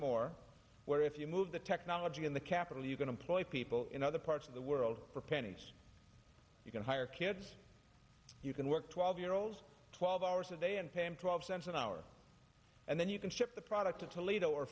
more where if you move the technology in the capital you can employ people in other parts of the world for pennies you can hire kids you can work twelve year olds twelve hours a day and pay him twelve cents an hour and then you can ship the product to toledo or